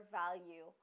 value